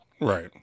Right